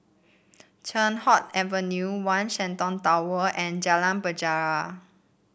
Teow Hock Avenue One Shenton Tower and Jalan Penjara